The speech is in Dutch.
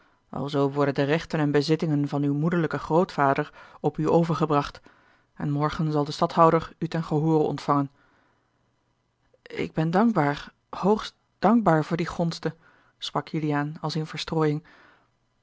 alzoo worden de rechten en bezittingen van uw moederlijken grootvader op u overgebracht en morgen zal de stadhouder u ten gehoore ontvangen ik ben dankbaar hoogst dankbaar voor die gonste sprak juliaan als in verstrooiing